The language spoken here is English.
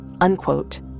unquote